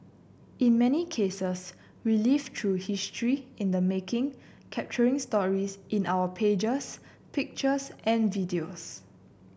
in many cases we live through history in the making capturing stories in our pages pictures and videos